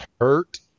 hurt